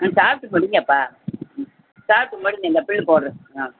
ம் சாப்பிட்டு முடிங்கப்பா ம் சாப்பிட்டு முடியுங்க இந்த பில்லு போடுறேன் ஆ